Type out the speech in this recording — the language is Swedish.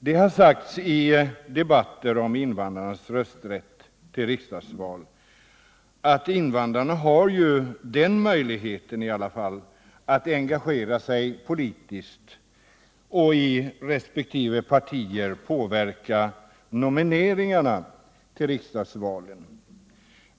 Det har sagts i debatter om invandrarnas rösträtt till riksdagsval att invandrarna i alla fall har möjligheten att engagera sig politiskt och i resp. partier påverka nomineringarna till riksdagsvalen.